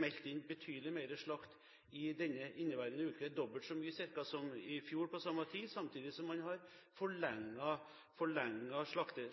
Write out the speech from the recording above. meldt inn betydelig mer slakt i inneværende uke – ca. dobbelt så mye som i fjor på samme tid – samtidig som man har forlenget